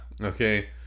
Okay